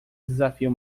desafio